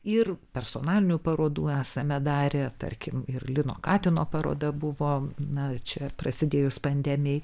ir personalinių parodų esame darę tarkim ir lino katino paroda buvo na čia prasidėjus pandemijai